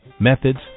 Methods